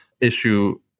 issue